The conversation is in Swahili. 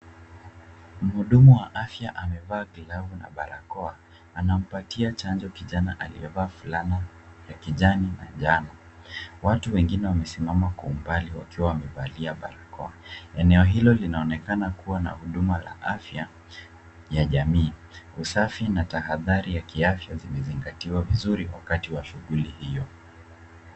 Mhudumu wa afya amevaa glavu na barakoa. Anampatia chanjo kijana aliyevaa fulana ya kijani na njano. Watu wengine wamesimama kwa umbali wakiwa wamevalia barakoa. Eneo hilo linaonekana kuwa na huduma la afya ya jamii. Usafi na tahadahari ya kiafya zimezingatiwa vizuri wakati wa shughuli hiyo.